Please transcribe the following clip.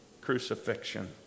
crucifixion